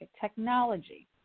technology